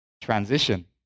Transition